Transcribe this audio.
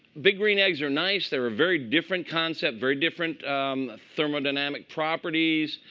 big green eggs are nice. they're a very different concept, very different thermodynamic properties.